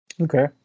Okay